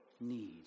need